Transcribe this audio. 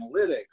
analytics